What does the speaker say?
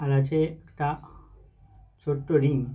আর আছে একটা ছোট্ট রিং